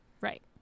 Right